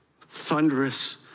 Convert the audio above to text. thunderous